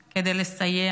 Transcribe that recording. כדי לסייע.